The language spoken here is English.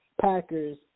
Packers